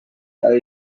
are